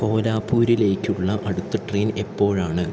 കോലാപൂരിലേക്കുള്ള അടുത്ത ട്രെയിൻ എപ്പോഴാണ്